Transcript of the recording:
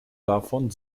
davon